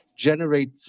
generate